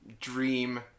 Dream